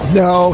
no